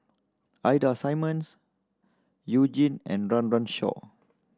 Ida Simmons You Jin and Run Run Shaw